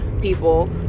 people